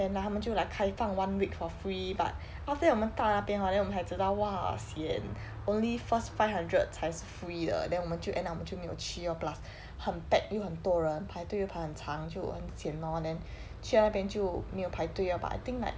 then like 他们就来开放 one week for free but after that 我们到了那边 hor then 我们才知道 !wah! sian only first five hundred 才是 free 的 then 我们就 end up 我们就没有去 lor plus 很 packed 又很多人排队又排很长久就很 sian lor then 去到那边就没有排队 ah but I think like